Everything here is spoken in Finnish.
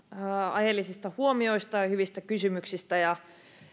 aiheellisista huomioista ja hyvistä kysymyksistä ja